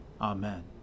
Amen